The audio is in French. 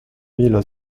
mille